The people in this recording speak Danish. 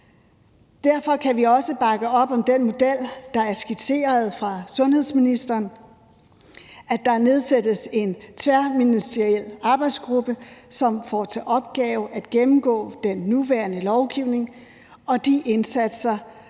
Derfor kan vi også bakke op om den model, der er skitseret af sundhedsministeren: at der nedsættes en tværministeriel arbejdsgruppe, som får til opgave at gennemgå den nuværende lovgivning og de indsatser,